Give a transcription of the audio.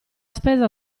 spesa